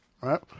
right